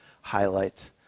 highlight